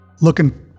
looking